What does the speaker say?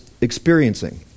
experiencing